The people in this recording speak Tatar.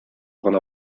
гына